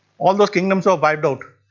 all those kingdoms were wiped out,